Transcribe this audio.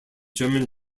german